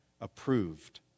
approved